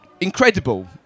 incredible